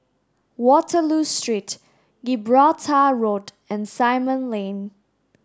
Waterloo Street Gibraltar Road and Simon Lane